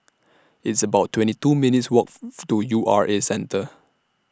It's about twenty two minutes' Walk to U R A Centre